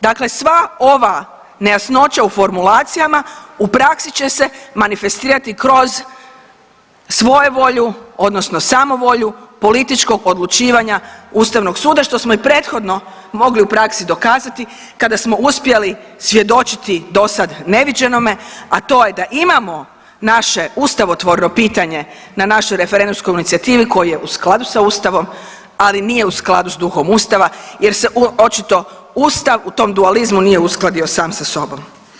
Dakle, sva ova nejasnoća u formulacijama u praksi će se manifestirati kroz svojevolju odnosno samovolju političkog odlučivanja Ustavnog suda što smo i prethodno mogli u praksi dokazati kada smo uspjeli svjedočiti dosad neviđenome, a to da imamo naše ustavotvorno pitanje na našoj referendumskoj inicijativi koje je u skladu sa Ustavom, ali nije u skladu s duhom Ustava jer se očito Ustav u tom dualizmu nije uskladio sam sa sobom.